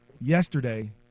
yesterday